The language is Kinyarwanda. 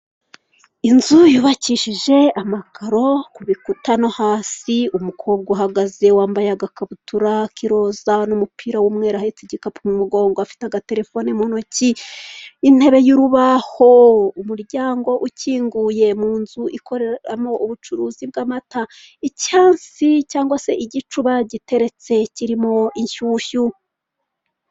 Inzu yubakishije amakaro ku bikuta no hasi umukobwa uhagaze wambaye agakabutura kiroza n'umupira w'umweru ahetse igikapu m'umugongo afite agaterefoni mu ntoki intebe y'urubaho, umuryango ukinguye mu nzu ikorerwamo ubucuruzi bw'amata icyasi cyangwa se igicuba giteretse kirimo inshyushyu.